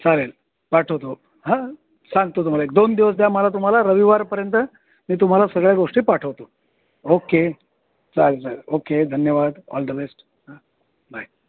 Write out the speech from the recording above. चालेल पाठवतो हां सांगतो तुम्हाला एक दोन दिवस द्या मला तुम्हाला रविवारपर्यंत मी तुम्हाला सगळ्या गोष्टी पाठवतो ओक्के चालेल चालेल ओके धन्यवाद ऑल द बेस्ट हां बाय